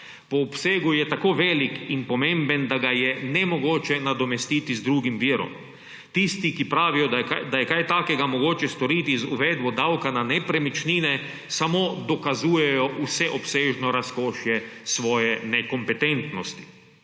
Po obsegu je tako velik in pomemben, da ga je nemogoče nadomestiti z drugim virom. Tisti, ki pravijo, da je kaj takega mogoče storiti z uvedbo davka na nepremičnine, samo dokazujejo vseobsežno razkošje svoje nekompetentnosti.